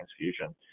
transfusion